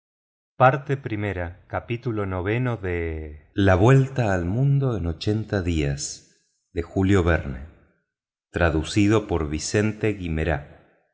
de viaje la vuelta al mundo en ochenta días estaba su